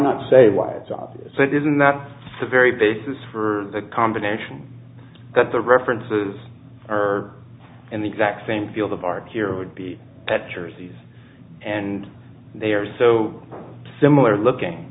not say why it's so obvious it isn't that the very basis for the combination that the references are in the exact same field of arc here would be at jerseys and they are so similar looking